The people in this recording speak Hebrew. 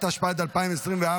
התשפ"ד 2024,